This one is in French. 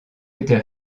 était